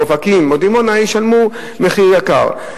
אופקים או דימונה ישלמו מחיר גבוה.